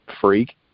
freak